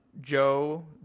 Joe